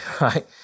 right